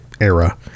era